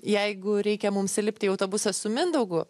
jeigu reikia mums įlipti į autobusą su mindaugu